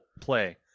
play